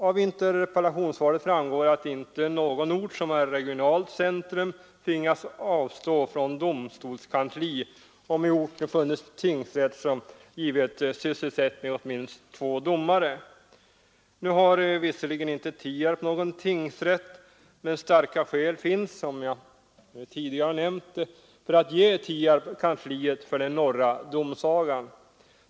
Av interpellationssvaret framgår att inte någon ort som är regionalt centrum har tvingats avstå från domstolskansli, om det i orten har funnits tingsrätt som givit sysselsättning åt minst två domare. Nu har visserligen inte Tierp någon tingsrätt, men som jag nämnt finns det starka skäl för att ge Tierp kansliet för den norra domsagan.